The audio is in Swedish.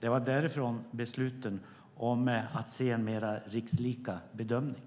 Det var därifrån besluten om att se mer rikslika bedömningar